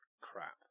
crap